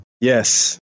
yes